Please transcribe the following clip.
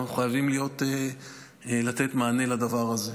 ואנחנו חייבים לתת מענה לדבר הזה.